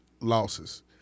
losses